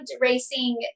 racing